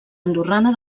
andorrana